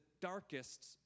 darkest